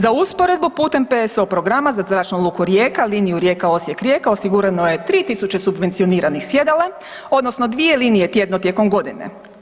Za usporedbu, putem PSO programa za Zračnu luku Rijeka, liniju Rijeka-Osijek-Rijeka osigurano je 3000 subvencioniranih sjedala, odnosno dvije linije tjedno tijekom godine.